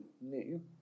new